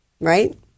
Right